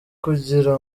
kugira